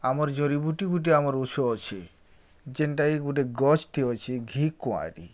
ଆମର୍ ଜଡ଼ିଭୁଟି ଗୁଟେ ଆମର ଉଷୋ ଅଛେ ଯେନ୍ଟାକି ଗୁଟେ ଗଛ୍ଟି ଅଛେ ଘିକୁଆଁରି